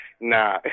nah